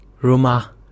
Roma